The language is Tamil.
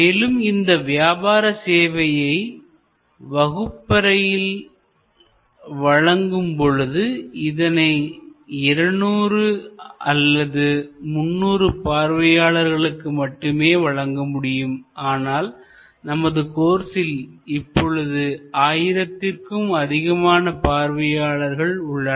மேலும் இந்த வியாபர சேவையை வகுப்பறையில் வழங்கும் பொழுது இதனை 200 அல்லது 300 பார்வையாளர்களுக்கு மட்டுமே வழங்க முடியும் ஆனால் நமது கோர்ஸில் இப்பொழுது ஆயிரத்திற்கும் அதிகமான பார்வையாளர்கள் உள்ளனர்